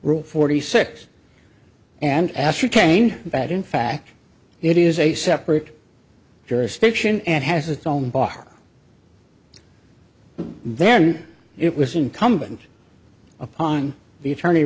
rule forty six and ascertained that in fact it is a separate jurisdiction and has its own bar then it was incumbent upon the attorney